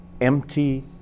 Empty